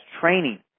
training